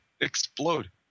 explode